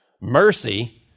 Mercy